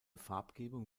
farbgebung